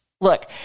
Look